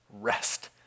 rest